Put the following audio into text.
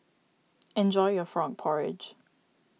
enjoy your Frog Porridge